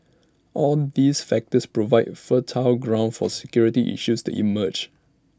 all these factors provide fertile ground for security issues to emerge